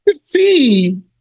See